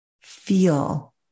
feel